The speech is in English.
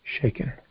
Shaken